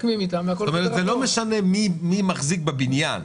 לא משנה מי מחזיק בבניין,